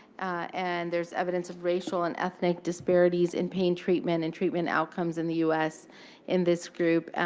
and there's evidence of racial and ethnic disparities in pain treatment and treatment outcomes in the us in this group.